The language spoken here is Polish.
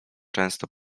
często